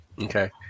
Okay